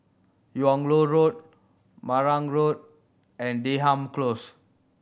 Yung Loh Road Marang Road and Denham Close